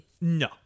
No